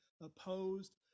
opposed